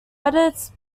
edits